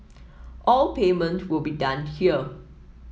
all payment will be done here